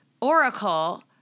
Oracle